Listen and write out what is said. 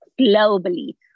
globally